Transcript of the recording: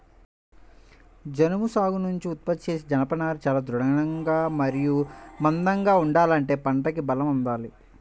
జనుము సాగు నుంచి ఉత్పత్తి చేసే జనపనార చాలా దృఢంగా మరియు మందంగా ఉండాలంటే పంటకి బలం అందాలి